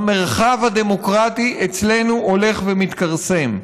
המרחב הדמוקרטי אצלנו הולך ומתכרסם.